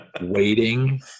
waiting